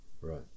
Right